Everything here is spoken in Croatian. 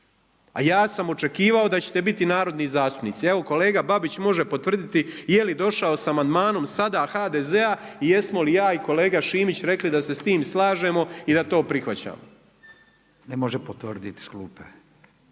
A ja sam očekivao da ćete biti narodni zastupnici. Evo kolega Babić može potvrditi jeli došao sa amandmanom sada HDZ-a i jesmo li ja i kolega Šimić da se s tim slažemo i da to prihvaćamo. **Radin, Furio